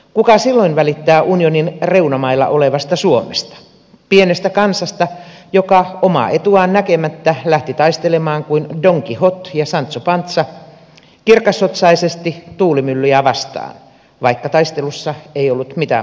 kuka silloin välittää unionin reunamailla olevasta suomesta pienestä kansasta joka omaa etuaan näkemättä lähti taistelemaan kuin don quijote ja sancho panza kirkasotsaisesti tuulimyllyjä vastaan vaikka taistelussa ei ollut mitään mahdollisuutta voittaa